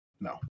No